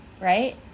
right